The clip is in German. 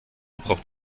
braucht